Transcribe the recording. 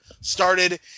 started